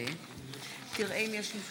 מישהו